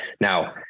Now